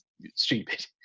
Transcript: stupid